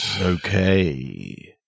Okay